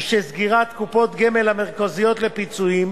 שסגירת קופות הגמל המרכזיות לפיצויים